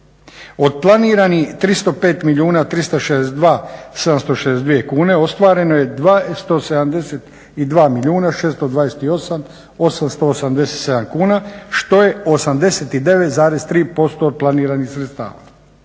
Od planiranih 305 milijuna 362 762 kune ostvareno je 272 milijuna 628 887 kuna što je 89,3% planiranih sredstava.